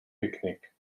picnic